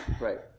Right